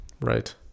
Right